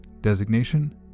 Designation